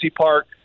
Park